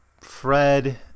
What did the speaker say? Fred